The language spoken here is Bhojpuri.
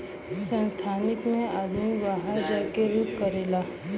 संस्थानिक मे आदमी बाहर जा के करेला